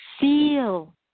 feel